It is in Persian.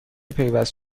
پیوست